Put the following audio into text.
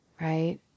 Right